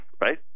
Right